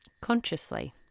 consciously